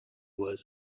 was